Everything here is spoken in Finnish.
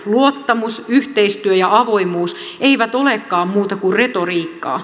luottamus yhteistyö ja avoimuus eivät olekaan muuta kuin retoriikkaa